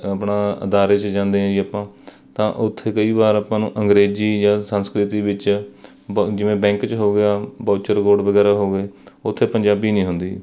ਆਪਣਾ ਅਦਾਰੇ 'ਚ ਜਾਂਦੇ ਜੀ ਆਪਾਂ ਤਾਂ ਉੱਥੇ ਕਈ ਵਾਰ ਆਪਾਂ ਨੂੰ ਅੰਗਰੇਜ਼ੀ ਜਾਂ ਸੰਸਕ੍ਰਿਤ ਵਿੱਚ ਬ ਜਿਵੇਂ ਬੈਂਕ 'ਚ ਹੋ ਗਿਆ ਬਾਊਚਰ ਬੋਰਡ ਵਗੈਰਾ ਹੋ ਗਏ ਉੱਥੇ ਪੰਜਾਬੀ ਨਹੀਂ ਹੁੰਦੀ